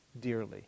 dearly